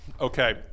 Okay